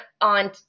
on